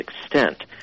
extent